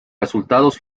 resultados